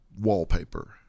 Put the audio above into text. wallpaper